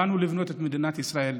באנו לבנות את מדינת ישראל.